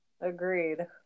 agreed